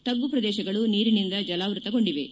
ತಗ್ಗು ಪ್ರದೇಶಗಳು ನೀರಿನಿಂದ ಜಲಾವೃತಗೊಂಡಿವೆ